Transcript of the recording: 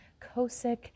Kosick